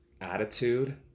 attitude